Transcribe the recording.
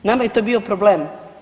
Nama je to bio problem.